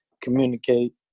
communicate